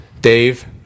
Dave